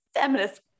feminist